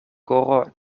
koro